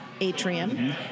atrium